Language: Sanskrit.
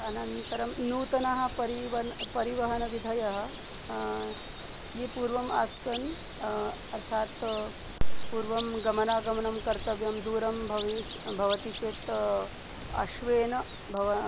अनन्तरं नूतनः परिवण् परिवहनविधयः ये पूर्वम् आसन् अर्थात् पूर्वं गमनागमनं कर्तव्यं दूरं भविष् भवति चेत् अश्वेन भव